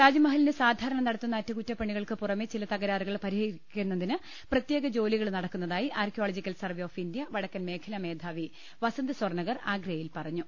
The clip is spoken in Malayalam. താജ്മ ഹലിന് സാധാരണ നടത്തുന്ന അറ്റകുറ്റപ്പണികൾക്കു പുറമെ ചില തകരാ റുകൾ പരിഹരിക്കുന്നതിന് പ്രത്യേക ജോലികളും നടക്കുന്നതായി archaeological survey of India വടക്കൻമേഖലാ മേധാവി വസന്ത് സ്വർണകർ ആഗ്രയിൽ പറഞ്ഞു